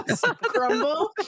crumble